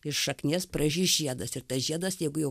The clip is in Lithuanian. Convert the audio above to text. iš šaknies pražys žiedas ir tas žiedas jeigu jau